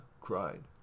cried